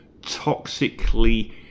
toxically